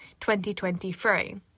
2023